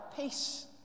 peace